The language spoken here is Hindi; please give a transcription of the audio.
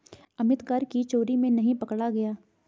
अमित कर की चोरी में नहीं पकड़ा गया